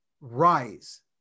rise